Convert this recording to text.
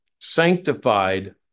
sanctified